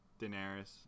Daenerys